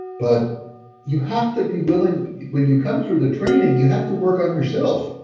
but you have to be willing when you come through the training, you have to work on yourself,